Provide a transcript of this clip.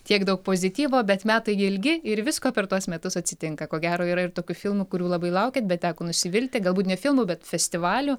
tiek daug pozityvo bet metai ilgi ir visko per tuos metus atsitinka ko gero yra ir tokių filmų kurių labai laukėt bet teko nusivilti galbūt ne filmų bet festivalių